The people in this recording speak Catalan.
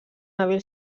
hàbil